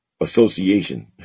Association